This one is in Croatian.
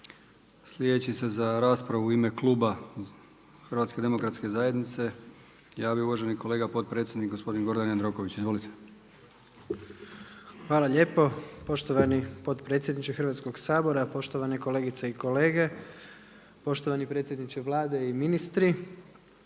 Sljedeći se za raspravu u ime Kluba Hrvatske demokratske zajednice javio uvaženi kolega potpredsjednik gospodin Gordan Jandroković. Izvolite. **Jandroković, Gordan (HDZ)** Hvala lijepo poštovani potpredsjedniče Hrvatskoga sabora, poštovane kolegice i kolege, poštovani predsjedniče Vlade i ministri.